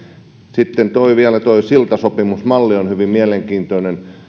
sitten vielä tuo siltasopimusmalli on hyvin mielenkiintoinen ja